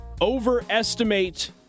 overestimate